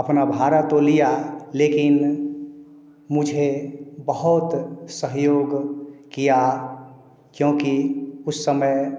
अपना भाड़ा तो लिया लेकिन मुझे बहुत सहयोग किया क्योंकि उस समय